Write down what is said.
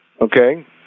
okay